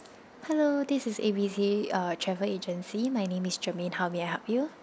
hello this is A B C uh travel agency my name is germaine how may I help you